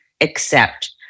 accept